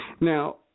Now